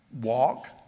walk